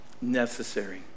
necessary